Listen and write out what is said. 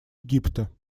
египта